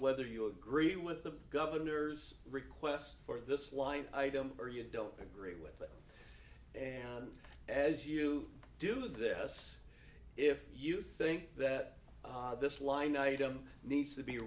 whether you agree with the governor's request for this line item or you don't agree with it yeah as you do this if you think that this line item needs to be